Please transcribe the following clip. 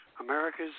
America's